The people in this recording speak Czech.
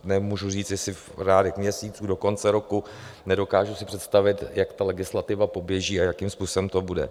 Nemůžu říct, jestli v řádech měsíců do konce roku, nedokážu si představit, jak ta legislativa poběží a jakým způsobem to bude.